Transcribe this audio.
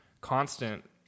constant